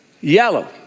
yellow